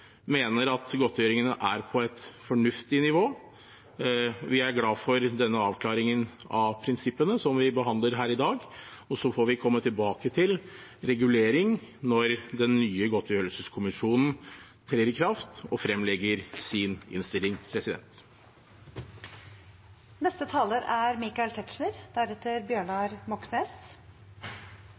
mener at godtgjøringene er på et fornuftig nivå. Vi er glad for denne avklaringen av prinsippene som vi behandler her i dag. Så får vi komme tilbake til regulering når den nye godtgjørelseskommisjonen trer i kraft og fremlegger sin innstilling.